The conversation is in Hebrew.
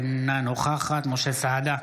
אינה נוכחת משה סעדה,